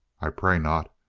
i pray not.